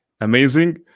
Amazing